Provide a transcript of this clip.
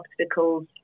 obstacles